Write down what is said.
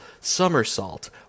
somersault